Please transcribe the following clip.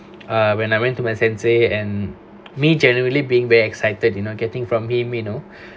uh when I went to my sensei and me generally being very excited you know getting from him you know